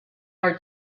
are